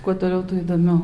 kuo toliau tuo įdomiau